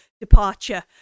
departure